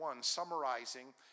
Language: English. summarizing